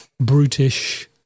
brutish